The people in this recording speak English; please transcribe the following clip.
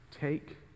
take